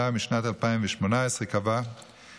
התשפ"ד 2023, שהגישה הממשלה.